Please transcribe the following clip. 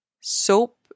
soap